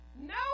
No